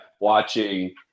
Watching